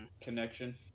connection